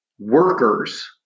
workers